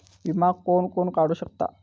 विमा कोण कोण काढू शकता?